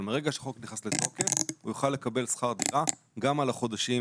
אבל מהרגע שהחוק נכנס לתוקף הוא יוכל לקבל שכר דירה גם על החודשים